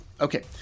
Okay